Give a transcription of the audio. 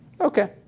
okay